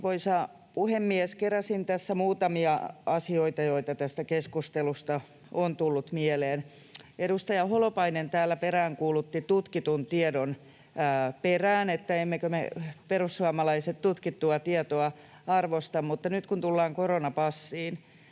puhemies! Keräsin tässä muutamia asioita, joita tästä keskustelusta on tullut mieleen. Edustaja Holopainen täällä peräänkuulutti tutkittua tietoa, että emmekö me perussuomalaiset tutkittua tietoa arvosta. Mutta nyt kun tullaan koronapassiin,